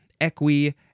equi